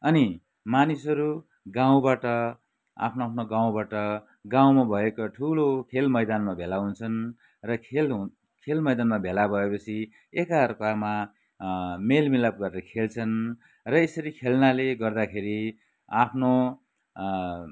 अनि मानिसहरू गाउँबाट आफ्नो आफ्नो गाउँबाट गाउँमा भएको ठुलो खेल मैदानमा भेला हुन्छन् र खेल हु खेल मैदानमा भेला भएपछि एक अर्कामा मेलमिलाप गरेर खेल्छन् र यसरी खेल्नाले गर्दाखेरि आफ्नो